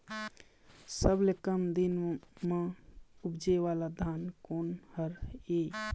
सबसे कम दिन म उपजे वाला धान कोन हर ये?